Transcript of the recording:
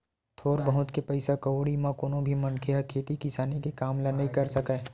थोर बहुत के पइसा कउड़ी म कोनो भी मनखे ह खेती किसानी के काम ल नइ कर सकय